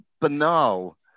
banal